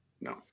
No